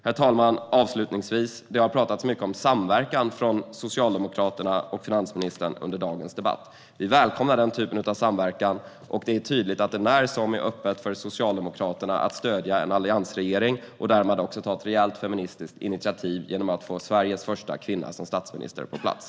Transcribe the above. Herr talman! Socialdemokraterna och finansministern har i dagens debatt talat mycket om samverkan. Vi välkomnar denna typ av samverkan. Det öppnar för Socialdemokraterna att stödja en alliansregering och därmed ta ett rejält feministiskt initiativ genom att få Sveriges första kvinnliga statsminister på plats.